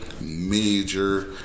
major